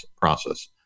process